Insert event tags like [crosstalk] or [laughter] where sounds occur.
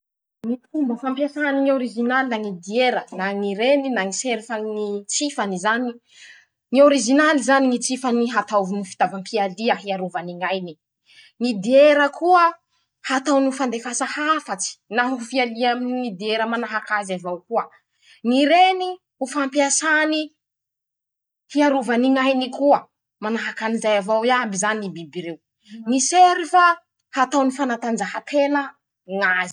Ñy fomba fampiasany ñy original na ñy diera [shushes] na ñy rèny na ñy serfa ñy tsifany zany: -ñy orñaly zany ñy tsifany hataony fitaovam-pialia hiarovany ñ'ainy; [shushes] ñy diera koa. hataony fandefasa hafatsy na ho ñy fialiany aminy ñy diera manahaky azy avao koa ;ñy reny. ho fampiasany hiarovany ñ'ainy koa ;manahaky anizay avao iaby zany ñy biby reo; [shushes] ñy serfa. hataony fanatanjahan-tena ñ'azy.